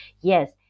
Yes